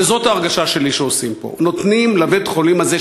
וזאת ההרגשה שלי שעושים פה: נותנים לבית-החולים הזה,